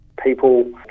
People